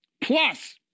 Plus